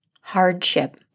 hardship